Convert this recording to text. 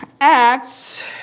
Acts